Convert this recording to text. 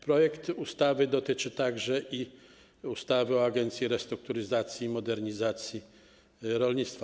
Projekt ustawy dotyczy także ustawy o Agencji Restrukturyzacji i Modernizacji Rolnictwa.